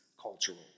cultural